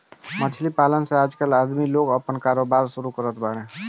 मछली पालन से आजकल के आदमी लोग आपन कारोबार शुरू करत बाड़े